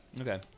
okay